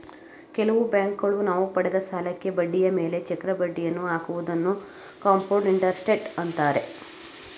ಕೆಲವು ಬ್ಯಾಂಕುಗಳು ನಾವು ಪಡೆದ ಸಾಲಕ್ಕೆ ಬಡ್ಡಿಯ ಮೇಲೆ ಚಕ್ರ ಬಡ್ಡಿಯನ್ನು ಹಾಕುವುದನ್ನು ಕಂಪೌಂಡ್ ಇಂಟರೆಸ್ಟ್ ಅಂತಾರೆ